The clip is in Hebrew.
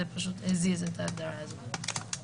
זה פשוט הזיז את ההגדרה הזו.